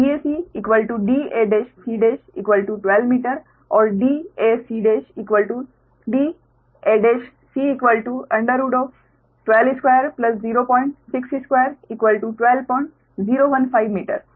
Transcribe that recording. और dacdac 12 metre और dac dac122062 12015 metre